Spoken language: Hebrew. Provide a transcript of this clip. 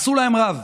עשו להם רב.